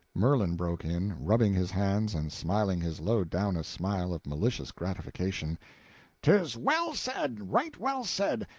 merlin broke in, rubbing his hands and smiling his lowdownest smile of malicious gratification tis well said, right well said!